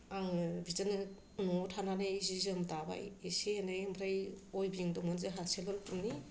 आङो बिदिनो न'आव थानानै जि जोम दाबाय एसे एनै ओमफ्राय उइभिं दंमोन जोंहा सेल्फ हेल्प ग्रुप नि